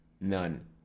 None